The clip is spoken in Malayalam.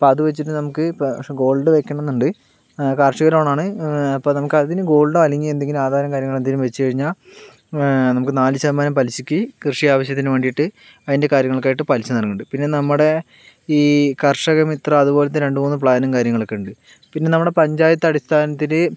അപ്പം അത് വച്ചിട്ട് നമുക്ക് ഗോൾഡ് വക്കണന്നൊണ്ട് കാർഷിക ലോണാണ് അപ്പോൾ നമുക്ക് അതിന് ഗോൾഡോ അല്ലെങ്കിൽ എന്തെങ്കിലും ആധാരം കാര്യങ്ങളെന്തെങ്കിലും വച്ച് കഴിഞ്ഞാൽ നമുക്ക് നാല് ശതമാനം പലിശക്ക് കൃഷി ആവശ്യത്തിന് വേണ്ടിട്ട് അതിൻ്റെ കാര്യങ്ങൾക്കായിട്ട് പലിശ നൽകുന്നൊണ്ട് പിന്നെ നമ്മടെ ഈ കർഷകമിത്ര അതുപോലത്തെ രണ്ട് മൂന്ന് പ്ലാനും കാര്യങ്ങളൊക്കെ ഉണ്ട് നമ്മുടെ പഞ്ചായത്തടിസ്ഥാനത്തില്